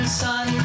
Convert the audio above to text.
sun